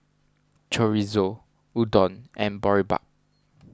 Chorizo Udon and Boribap